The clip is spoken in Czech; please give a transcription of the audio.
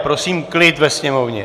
Prosím klid ve sněmovně!